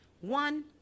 one